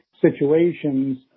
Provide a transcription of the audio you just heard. situations